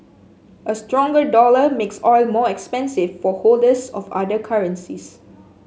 a stronger dollar makes oil more expensive for holders of other currencies